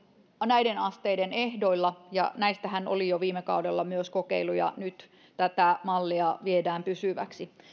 ja korkeakoulutukseen näiden asteiden ehdoilla ja näistähän oli jo viime kaudella myös kokeiluja nyt tätä mallia viedään pysyväksi